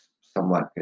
somewhat